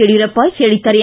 ಯಡಿಯೂರಪ್ಪ ಹೇಳಿದ್ದಾರೆ